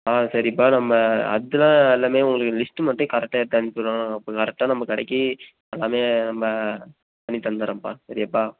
ஆ சரிப்பா நம்ம அதெல்லாம் எல்லாமே உங்களுக்கு லிஸ்ட்டு மட்டும் கரெக்டாக எடுத்து அனுப்பி விடுங்க அப்போ கரெக்டாக நம்ம கடைக்கு எல்லாமே நம்ம பண்ணித் தந்தர்றேம்ப்பா சரியாப்பா